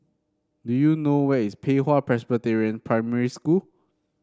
do you know where is Pei Hwa Presbyterian Primary School